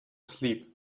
asleep